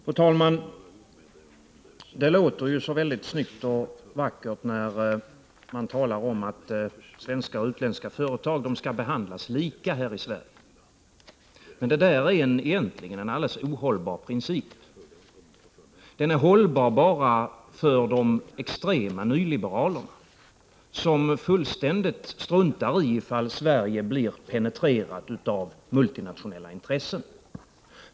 Fru talman! Det låter ju så snyggt och vackert när man talar om att svenska och utländska företag skall behandlas lika här i Sverige. Men det är egentligen en alldeles ohållbar princip. Den är hållbar bara för de extrema nyliberalerna, som fullständigt struntar i om Sverige blir penetrerat av multinationella intressen.